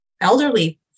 elderly